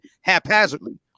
haphazardly